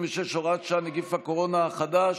36, הוראת שעה, נגיף הקורונה החדש),